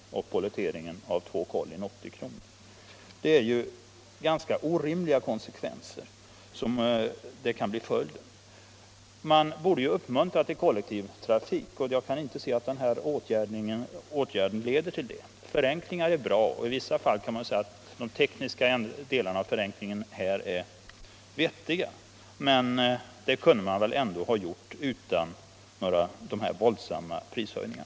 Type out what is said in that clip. och pollettering av två kollin 80 kr. Det kan alltså bli ganska orimliga konsekvenser. Man borde uppmuntra till kollektivtrafik, men jag kan inte se att denna åtgärd leder till det. Förenklingar är bra, och i vissa fall kan man säga att de tekniska delarna av förenklingen här är vettiga. Men sådana förenklingar kunde man väl ändå ha gjort utan dessa våldsamma prishöjningar.